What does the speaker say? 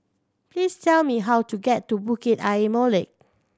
please tell me how to get to Bukit Ayer Molek